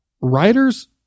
Writers